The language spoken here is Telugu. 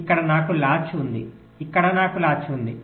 కాబట్టి ఇక్కడ నాకు లాచ్ ఉంది ఇక్కడ నాకు లాచ్ ఉంది